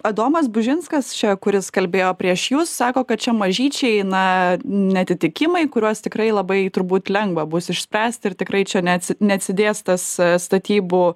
adomas bužinskas čia kuris kalbėjo prieš jus sako kad čia mažyčiai na neatitikimai kuriuos tikrai labai turbūt lengva bus išspręsti ir tikrai čia neatsi neatsidės tas statybų